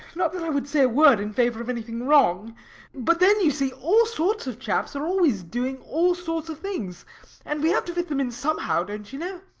not that i would say a word in favor of anything wrong but then, you see, all sorts of chaps are always doing all sorts of things and we have to fit them in somehow, don't you know.